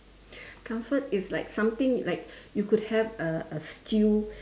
comfort is like something like you could have a a stew